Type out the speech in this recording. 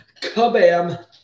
Kabam